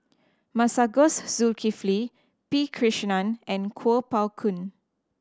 Masagos Zulkifli P Krishnan and Kuo Pao Kun